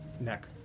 neck